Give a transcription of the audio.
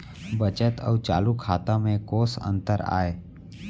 बचत अऊ चालू खाता में कोस अंतर आय?